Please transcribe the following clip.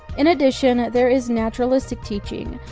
in addition, there is naturalistic teaching,